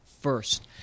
first